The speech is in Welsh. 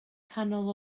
canol